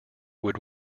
would